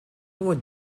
would